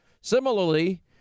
Similarly